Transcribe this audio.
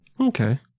Okay